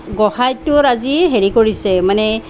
গোসাঁইটোৰ আজি হেৰি কৰিছে মানে